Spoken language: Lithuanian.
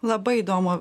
labai įdomų